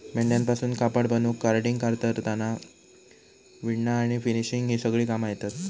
मेंढ्यांपासून कापड बनवूक कार्डिंग, कातरना, विणना आणि फिनिशिंग ही सगळी कामा येतत